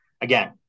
again